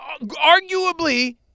arguably